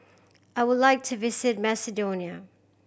I would like to visit Macedonia